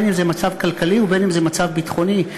בין שזה מצב כלכלי ובין שזה מצב ביטחוני.